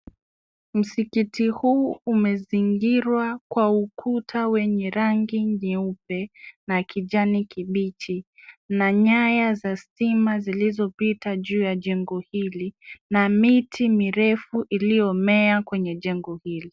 Msikiti huu umezingirwa kwa ukuta wenye rangi nyeupe na kijani kibichi na nyaya za stima zilizopita juu ya jengo hili na miti mirefu iliyomea kwenye jengo hili.